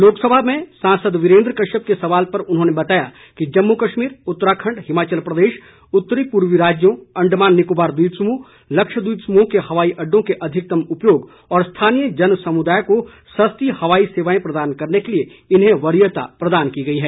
लोक सभा में सांसद वीरेन्द्र कश्यप के सवाल पर उन्होंने बताया की जम्मू कश्मीर उत्तराखण्ड हिमाचल प्रदेश उत्तरी पूर्वी राज्यों अंडमान निकोबार द्वीप समूह लक्षद्वीप समूहों के हवाई अड्डों के अधिकतम उपयोग और स्थानीय जनसमुदाय को सस्ती हवाई सेवाएं प्रदान करने के लिए इन्हें वरीयता प्रदान की गयी है